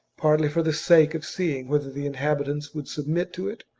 partly for the sake of seeing whether the inhabitants would submit to it,